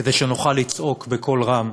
כדי שנוכל לצעוק בקול רם